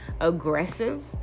aggressive